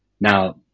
Now